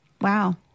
Wow